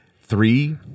Three